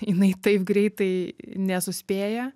jinai taip greitai nesuspėja